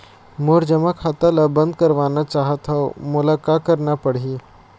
मोर जमा खाता ला बंद करवाना चाहत हव मोला का करना पड़ही?